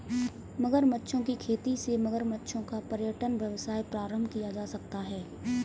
मगरमच्छों की खेती से मगरमच्छों का पर्यटन व्यवसाय प्रारंभ किया जा सकता है